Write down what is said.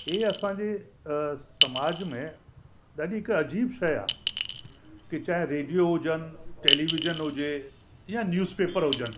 हीअ असांजे समाज में ॾाढी का अजीब शइ आहे की चाहे रेडियो हुजनि टेलीविजन हुजे या न्यूज़ पेपर हुजनि